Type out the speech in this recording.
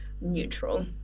neutral